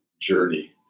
journey